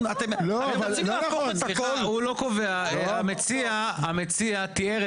הרי אנחנו לא מדברים על